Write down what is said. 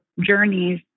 journeys